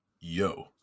yo